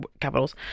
capitals